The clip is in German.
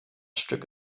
stück